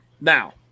Now